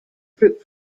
fruit